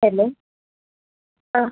hello ആ